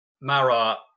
Mara